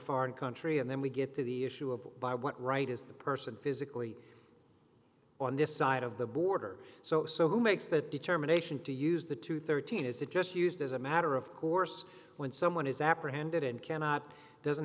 foreign country and then we get to the issue of what right is the person physically on this side of the border so if so who makes that determination to use the two hundred and thirteen is it just used as a matter of course when someone is apprehended and cannot doesn't